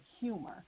humor